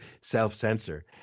self-censor